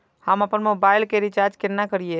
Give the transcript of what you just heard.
हम आपन मोबाइल के रिचार्ज केना करिए?